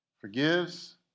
forgives